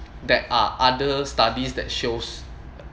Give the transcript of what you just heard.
that are other studies that shows